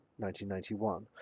1991